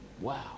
wow